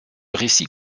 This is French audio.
récit